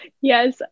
Yes